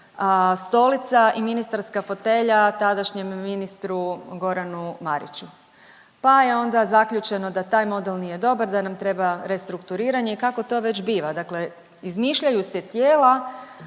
stolica i ministarska fotelja tadašnjem ministru Goranu Mariću, pa je onda zaključeno da taj model nije dobar, da nam treba restrukturiranje i kako to već biva. Dakle, izmišljaju se tijela